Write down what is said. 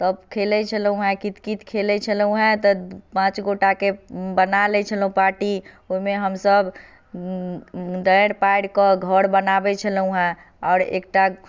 तब खेलैत छलहुँ हेँ कितकित खेलैत छलहुँ हेँ तऽ पाँच गोटएके बना लैत छलहुँ हेँ पार्टी ओहिमे हमसभ डारि पारि कऽ घर बनाबैत छलहुँ हेँ आओर एकटा